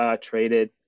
traded